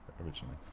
originally